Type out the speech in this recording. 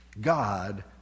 God